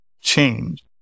change